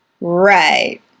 Right